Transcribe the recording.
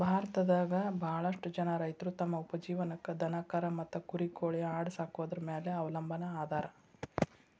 ಭಾರತದಾಗ ಬಾಳಷ್ಟು ಜನ ರೈತರು ತಮ್ಮ ಉಪಜೇವನಕ್ಕ ದನಕರಾ ಮತ್ತ ಕುರಿ ಕೋಳಿ ಆಡ ಸಾಕೊದ್ರ ಮ್ಯಾಲೆ ಅವಲಂಬನಾ ಅದಾರ